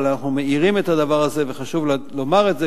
אבל אנחנו מעירים את הדבר הזה וחשוב לומר את זה,